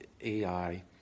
AI